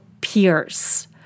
peers